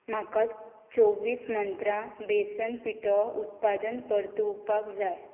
म्हाका चोवीस मंत्रा बेसन पिठो उत्पादन परतुवपाक जाय